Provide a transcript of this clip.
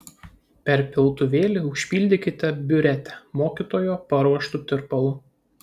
per piltuvėlį užpildykite biuretę mokytojo paruoštu tirpalu